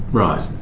right,